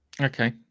Okay